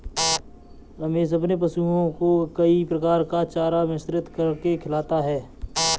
रमेश अपने पशुओं को कई प्रकार का चारा मिश्रित करके खिलाता है